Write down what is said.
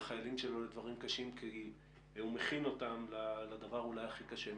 החיילים שלו לדברים קשים כי הוא מכין אותם לדבר אולי הכי קשה מכל.